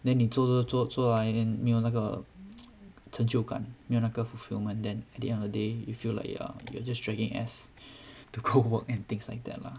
then 你做做做做完一个没有那个成就感没有那个 fulfillment then at the end of the day you feel like you are you are just dragging ass to go work and things like that lah